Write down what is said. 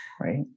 right